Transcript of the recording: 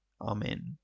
Amen